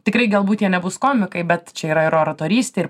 tikrai galbūt jie nebus komikai bet čia yra ir oratorystė ir